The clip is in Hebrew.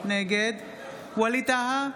נגד ווליד טאהא,